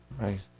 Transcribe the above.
Right